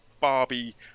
barbie